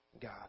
God